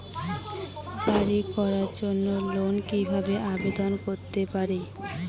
বাড়ি করার জন্য লোন কিভাবে আবেদন করতে পারি?